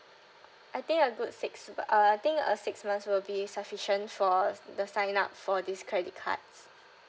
I think a good six b~ uh I think a six months will be sufficient for the sign up for this credit cards